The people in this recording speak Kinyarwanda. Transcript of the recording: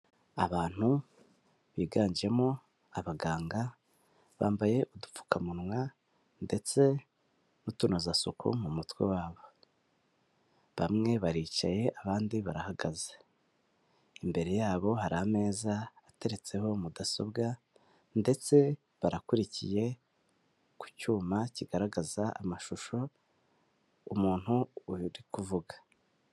Abantu biganjemo abaganga bambaye udupfukamunwa ndetse n'utunozasuku mu mutwe wabo, bamwe baricaye abandi barahagaze, imbere yabo hari ameza ateretseho mudasobwa ndetse barakurikiye ku cyuma kigaragaza amashusho, umuntu urikuvuga.